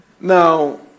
Now